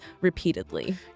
repeatedly